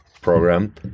program